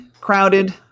crowded